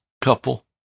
couple